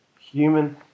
Human